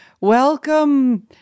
welcome